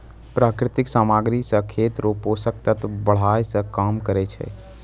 प्राकृतिक समाग्री से खेत रो पोसक तत्व बड़ाय मे काम करै छै